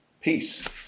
Peace